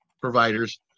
providers